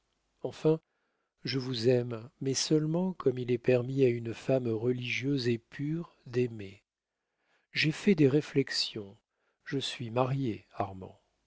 enfin je vous aime mais seulement comme il est permis à une femme religieuse et pure d'aimer j'ai fait des réflexions je suis mariée